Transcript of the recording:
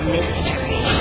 Mystery